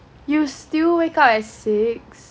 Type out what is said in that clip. you still wake up at six